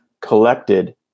collected